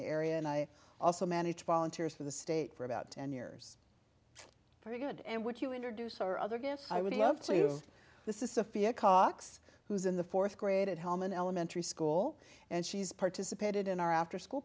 the area and i also managed volunteers for the state for about ten years pretty good and would you introduce our other guest i would love to have this is a fee a cox who's in the fourth grade at home an elementary school and she's participated in our afterschool